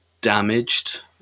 damaged